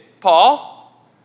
Paul